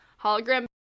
hologram